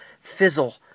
fizzle